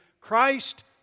Christ